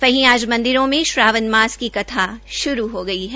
वहीं आज मंदिरों में श्रावणमास की कथा श्रू हो गई है